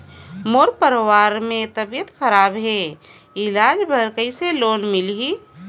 मोर परवार मे तबियत खराब हे इलाज बर कइसे लोन मिलही?